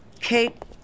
Kate